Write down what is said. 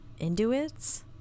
induits